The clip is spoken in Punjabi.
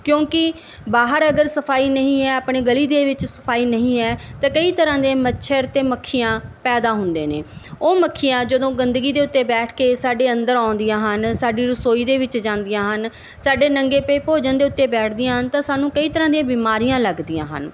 ਕਿਉਂਕਿ ਬਾਹਰ ਅਗਰ ਸਫਾਈ ਨਹੀਂ ਹੈ ਆਪਣੇ ਗਲੀ ਦੇ ਵਿੱਚ ਸਫਾਈ ਨਹੀਂ ਹੈ ਤਾਂ ਕਈ ਤਰ੍ਹਾਂ ਦੇ ਮੱਛਰ ਅਤੇ ਮੱਖੀਆਂ ਪੈਦਾ ਹੁੰਦੇ ਨੇ ਉਹ ਮੱਖੀਆਂ ਜਦੋਂ ਗੰਦਗੀ ਦੇ ਉੱਤੇ ਬੈਠ ਕੇ ਸਾਡੇ ਅੰਦਰ ਆਉਂਦੀਆਂ ਹਨ ਸਾਡੀ ਰਸੋਈ ਦੇ ਵਿੱਚ ਜਾਂਦੀਆਂ ਹਨ ਸਾਡੇ ਨੰਗੇ ਪਏ ਭੋਜਨ ਦੇ ਉੱਤੇ ਬੈਠਦੀਆਂ ਹਨ ਤਾਂ ਸਾਨੂੰ ਕਈ ਤਰ੍ਹਾਂ ਦੀਆਂ ਬਿਮਾਰੀਆਂ ਲੱਗਦੀਆਂ ਹਨ